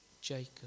Jacob